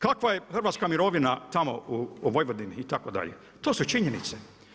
Kakva je hrvatska mirovina tamo u Vojvodini itd., to su činjenice.